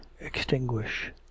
extinguish